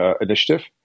initiative